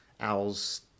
Owls